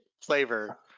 flavor